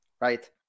right